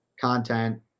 content